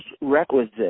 requisite